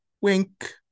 Wink